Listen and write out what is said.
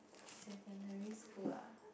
secondary school ah